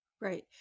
Right